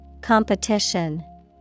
Competition